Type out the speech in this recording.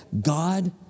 God